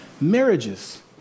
Marriages